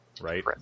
Right